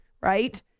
Right